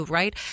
right